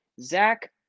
Zach